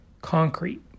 concrete